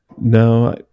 No